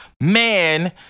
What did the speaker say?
man